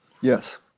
Yes